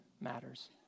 matters